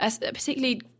particularly